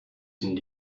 sind